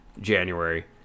january